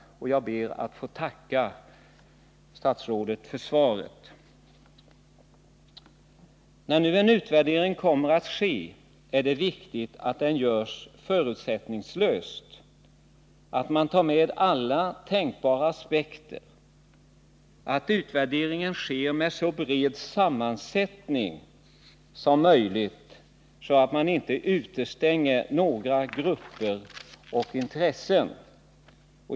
Jag ber att få tacka statsrådet för detta svar. När nu en utvärdering kommer att ske är det viktigt att den görs förutsättningslöst, att man tar ner alla tänkbara aspekter och att utvärderingen sker på en så bred grund som möjligt, så att man inte utestänger några grupper och intressen.